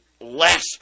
less